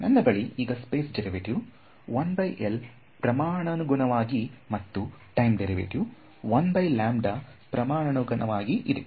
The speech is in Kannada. ನನ್ನ ಬಳಿ ಈಗ ಸ್ಪೇಸ್ ಡೆರಿವೆಟಿವ್ 1L ಪ್ರಮಾಣಾನುಗುಣವಾಗಿ ಮತ್ತು ಟೈಮ್ ಡೆರಿವೆಟಿವ್ ಪ್ರಮಾಣಾನುಗುಣವಾಗಿ ಇದೆ